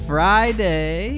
Friday